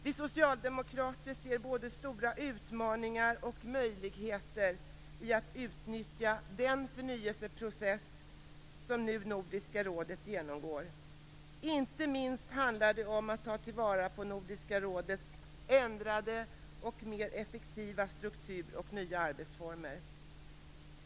Vi socialdemokrater ser både stora utmaningar och möjligheter i att utnyttja den förnyelseprocess som Nordiska rådet genomgår. Inte minst handlar det om att ta till vara Nordiska rådets ändrade och mer effektiva struktur och nya arbetsformer.